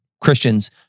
Christians